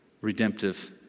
redemptive